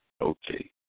Okay